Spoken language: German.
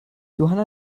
johanna